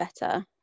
better